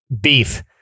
beef